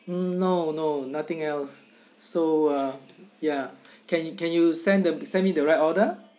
mm no no nothing else so uh ya can you can you send the send me the right order